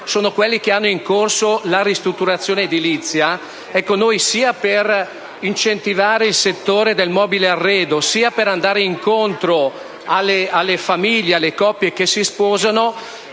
sono quelli che hanno in corso la ristrutturazione edilizia, noi, sia per incentivare il settore del mobile arredo, sia per andare incontro alle famiglie e alle coppie che si sposano